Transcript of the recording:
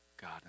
God